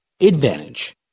advantage